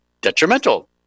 detrimental